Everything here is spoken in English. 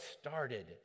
started